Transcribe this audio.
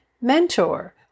mentor